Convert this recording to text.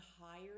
higher